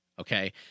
Okay